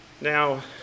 Now